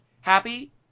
Happy